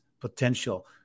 potential